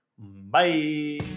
Bye